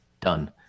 done